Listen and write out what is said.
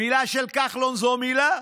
"מילה של כחלון זו מילה".